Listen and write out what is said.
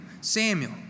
Samuel